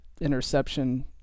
interception